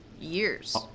years